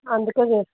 అందుకే చెస్